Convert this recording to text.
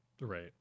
Right